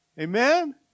Amen